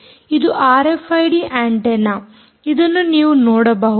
ಇದು RFID antenna ಇದನ್ನು ನೀವು ನೋಡಬಹುದು